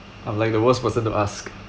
I'm like the worst person to ask